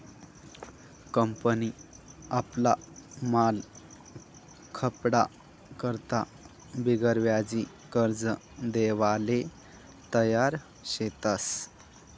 company आपला माल खपाडा करता बिगरव्याजी कर्ज देवाले तयार शेतस